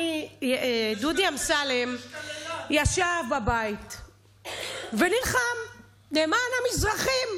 דודי אמסלם ישב בבית ונלחם למען המזרחים.